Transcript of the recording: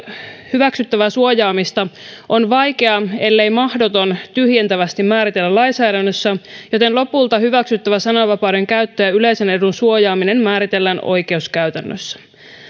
hyväksyttävää suojaamista on vaikea ellei mahdoton tyhjentävästi määritellä lainsäädännössä joten lopulta hyväksyttävä sananvapauden käyttö ja yleisen edun suojaaminen määritellään oikeuskäytännössä